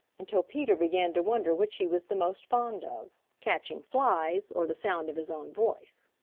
until peter began to wonder which he was the most fond of, catching flies, or the sound of his own voice.